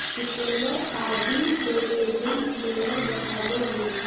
चुकुन्दर आदि collagen level बढ़ावऽ हई